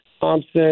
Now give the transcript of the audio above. Thompson